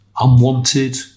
Unwanted